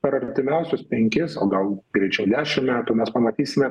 per artimiausius penkis o gal greičiau dešim metų mes pamatysime